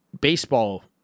baseball